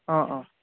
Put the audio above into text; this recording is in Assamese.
অঁ অঁ